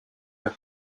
your